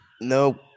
No